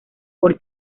por